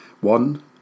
One